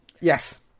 Yes